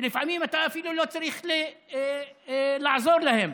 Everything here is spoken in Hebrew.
שלפעמים אתה אפילו לא צריך לעזור לו,